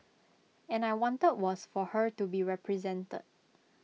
and I wanted was for her to be represented